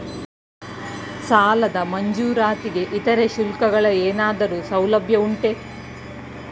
ಸಾಲದ ಮಂಜೂರಾತಿಗೆ ಇತರೆ ಶುಲ್ಕಗಳ ಏನಾದರೂ ಸೌಲಭ್ಯ ಉಂಟೆ?